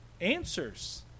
answers